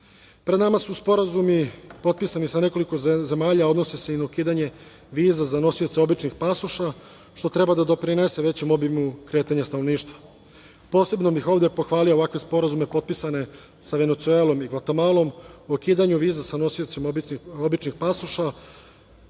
nama su sporazumi potpisani sa nekoliko zemalja. Odnose se i na ukidanje viza za nosioce običnih pasoša, što treba da doprinese većem obimu kretanja stanovništva. Posebno bih ovde pohvalio ovakve sporazume potpisane sa Venecuelom i Gvatemalom o ukidanju viza sa nosiocima običnih pasoša